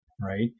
right